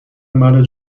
مرد